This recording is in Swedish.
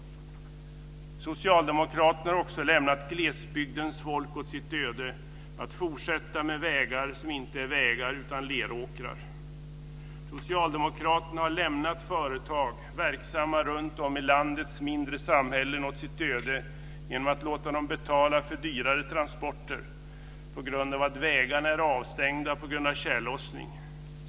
Socialdemokraterna har också lämnat glesbygdens folk åt sitt öde, att fortsätta att leva med vägar som inte är vägar utan leråkrar. Socialdemokraterna har lämnat företag verksamma runtom i landets mindre samhällen åt sitt öde genom att låta dem betala för dyrare transporter på grund av att vägarna är avstängda på grund av tjällossning.